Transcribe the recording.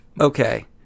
Okay